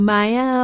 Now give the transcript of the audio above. Maya